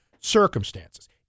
circumstances